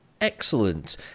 Excellent